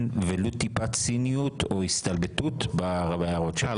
ולו טיפת ציניות או הסתלבטות בהערות שלי.